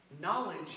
Knowledge